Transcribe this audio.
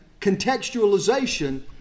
contextualization